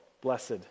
blessed